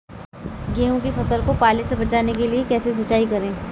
गेहूँ की फसल को पाले से बचाने के लिए कैसे सिंचाई करें?